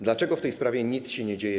Dlaczego w tej sprawie nic się nie dzieje?